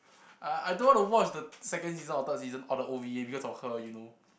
uh I don't want to watch the second season or the third season or the because of her you know